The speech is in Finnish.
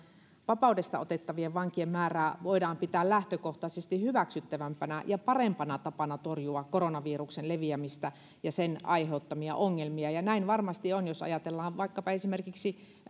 vapaudesta otettavien vankien määrää voidaan pitää lähtökohtaisesti hyväksyttävämpänä ja parempana tapana torjua koronaviruksen leviämistä ja sen aiheuttamia ongelmia ja näin varmasti on jos ajatellaan vaikkapa esimerkiksi